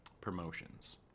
promotions